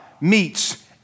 meets